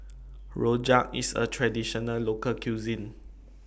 Rojak IS A Traditional Local Cuisine